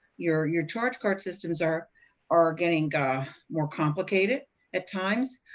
your your charge card systems are are getting more complicated at times.